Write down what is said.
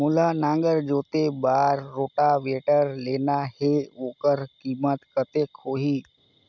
मोला नागर जोते बार रोटावेटर लेना हे ओकर कीमत कतेक होही?